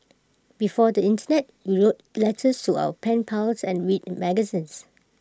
before the Internet we wrote letters to our pen pals and read magazines